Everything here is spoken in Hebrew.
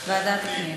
ועדת הפנים.